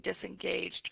disengaged